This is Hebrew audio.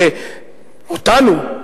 אותנו,